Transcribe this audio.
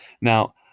Now